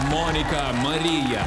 monika marija